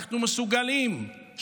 שאנחנו מסוגלים,